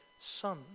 son